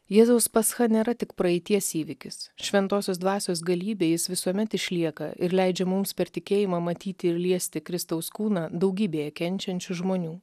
jėzaus pascha nėra tik praeities įvykis šventosios dvasios galybė jis visuomet išlieka ir leidžia mums per tikėjimą matyti ir liesti kristaus kūną daugybėje kenčiančių žmonių